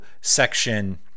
section